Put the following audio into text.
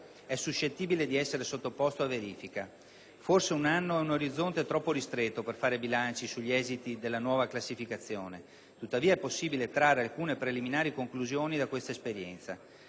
è suscettibile di essere sottoposto a verifica. Forse, un anno è un orizzonte troppo ristretto per fare bilanci sugli esiti della nuova classificazione; tuttavia, è possibile trarre alcune preliminari conclusioni da questa esperienza.